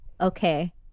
okay